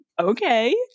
Okay